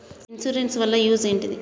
Insurance వాళ్ల use ఏంటిది?